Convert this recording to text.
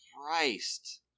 Christ